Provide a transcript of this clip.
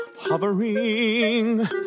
hovering